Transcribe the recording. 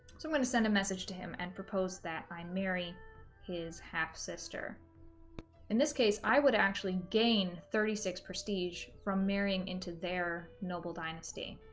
so i'm gonna send a message to him and propose that i marry his half-sister in this case i would actually gain thirty six prestige from marrying into their noble dynasty